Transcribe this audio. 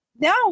No